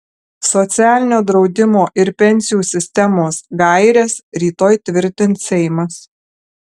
socialinio draudimo ir pensijų sistemos gaires rytoj tvirtins seimas